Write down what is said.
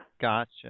Gotcha